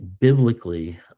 biblically